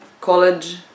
college